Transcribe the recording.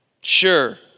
Sure